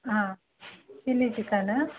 ಹಾಂ chilli chicken